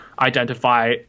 identify